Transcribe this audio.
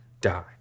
die